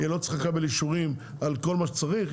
היא לא צריכה לקבל אישורים על כל מה שצריך?